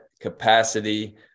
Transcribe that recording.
capacity